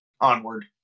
Onward